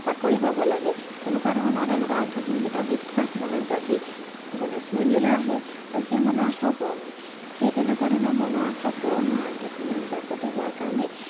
চাকৰি পাব লাগে তেনেকুৱা ধৰণৰ তেওঁলোকৰ আধ্যাত্মিক এটা বিশ্বাস মনত জাগি গণেশ মন্দিৰলৈ আহে আৰু সেই মনৰ আশাও পূৰণ হয় সেই তেনেকুৱা ধৰণৰ মনৰ আশা পূৰণ হৈ আধ্যাত্মিক জাগ্ৰত হোৱা কাৰণেই